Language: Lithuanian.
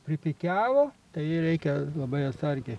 pripikiavo tai reikia labai atsargiai